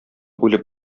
үлеп